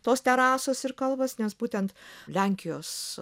tos terasos ir kalvos nes būtent lenkijos